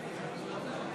52 בעד, 62 נגד.